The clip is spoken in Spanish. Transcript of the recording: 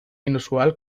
inusual